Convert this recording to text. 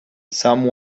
some